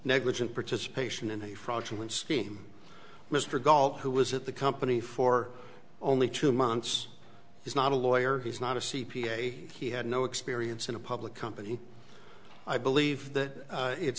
negligent participation in a fraudulent scheme mr gault who was at the company for only two months is not a lawyer he's not a c p a he had no experience in a public company i believe that it's